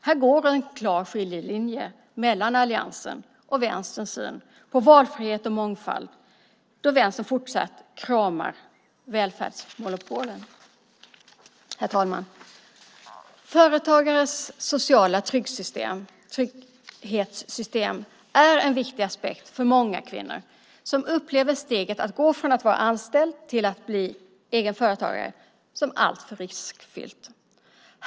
Här går en klar skiljelinje mellan alliansen och vänsterns syn på valfrihet och mångfald, där vänstern fortsatt kramar välfärdsmonopolen. Herr talman! Företagares sociala trygghetssystem är en viktig aspekt för många kvinnor som upplever steget att gå från att vara anställd till att bli egen företagare som alltför riskfyllt.